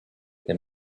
they